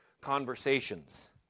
conversations